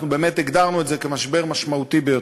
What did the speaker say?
אנחנו באמת הגדרנו את זה כמשבר משמעותי ביותר.